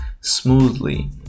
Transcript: smoothly